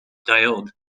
diode